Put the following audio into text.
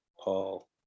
Paul